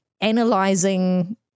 analyzing